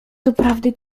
doprawdy